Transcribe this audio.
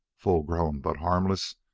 full-grown but harmless,